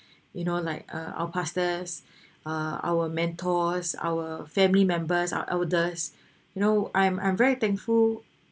you know like uh our pastors uh our mentors our family members our elders you know I'm I'm very thankful